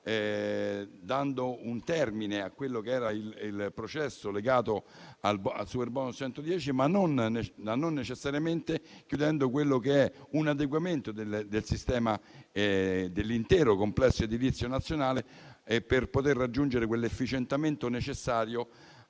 dando un termine al processo legato al superbonus al 110 per cento, ma non necessariamente chiudendo quello che è un adeguamento del dell'intero complesso edilizio nazionale, per poter raggiungere quell'efficientamento necessario